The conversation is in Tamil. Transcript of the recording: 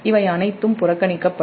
இவை அனைத்தும் புறக்கணிக்கப்படும்